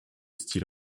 style